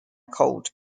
cold